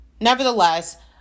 nevertheless